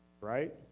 Right